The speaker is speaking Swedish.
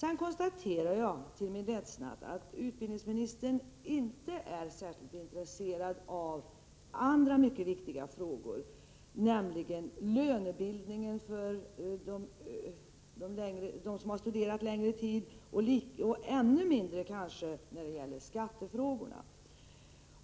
Jag konstaterade till min ledsnad att utbildningsministern inte är särskilt intresserad av andra mycket viktiga frågor, t.ex. frågan om lönebildningen när det gäller dem som har studerat en längre tid. Kanske är han ännu mindre intresserad för skattefrågorna.